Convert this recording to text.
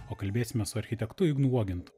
o kalbėsime su architektu ignu uogintu